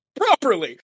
Properly